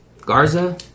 Garza